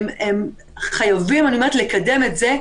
חייבים לקדם את זה,